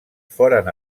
foren